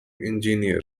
engineer